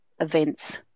events